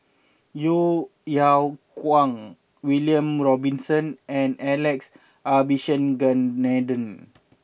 Yeo Yeow Kwang William Robinson and Alex Abisheganaden